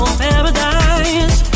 paradise